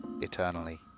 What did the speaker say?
eternally